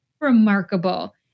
remarkable